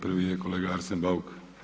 Prvi je kolega Arsen Bauk.